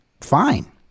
fine